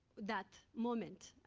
that moment.